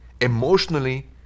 emotionally